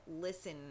listen